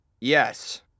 Yes